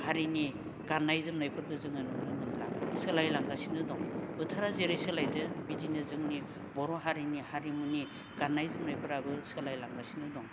हारिनि गाननाय जोमनायफोरखौ जोङो नुनो मोनला सोलायलांगासिनो दं बोथोरा जेरै सोलायदों बिदिनो जोंनि बर' हारिनि हारिमुनि गाननाय जोमनायफोराबो सोलायलांगासिनो दं